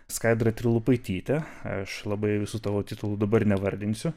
skaidra trilupaitytė aš labai visų tavo titulų dabar nevardinsiu